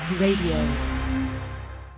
Radio